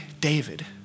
David